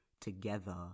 together